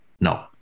No